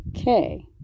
Okay